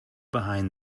behind